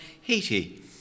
Haiti